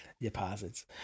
deposits